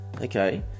okay